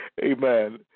amen